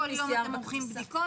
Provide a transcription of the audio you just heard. כל יום הם עורכים בדיקות,